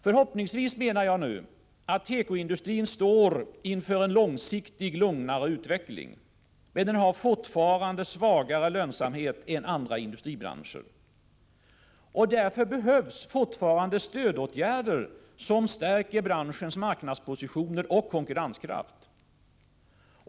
Förhoppningsvis står tekoindustrin inför en långsiktigt lugnare utveckling, men den har fortfarande svagare lönsamhet än andra industribranscher. Därför behövs det fortfarande stödåtgärder som stärker branschens marknadspositioner och konkurrenskraft.